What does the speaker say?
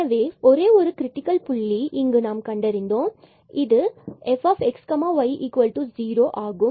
எனவே ஒரே ஒரு கிரிட்டிக்கல் புள்ளியை இங்கு நாம் கண்டறிவது இதற்கான fxy0 ஆகும்